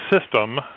system